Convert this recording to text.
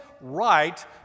right